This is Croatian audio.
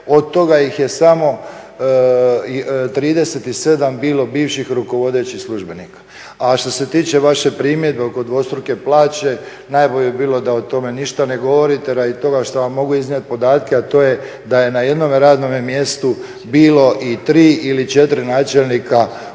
Od toga ih je samo 37 bilo bivših rukovodećih službenika. A što se tiče vaše primjedbe oko dvostruke plaće najbolje bi bilo da o tome ništa ne govorite radi toga što vam mogu iznijeti podatke a to je da je na jednome radnome mjestu bilo i tri ili četiri načelnika u neko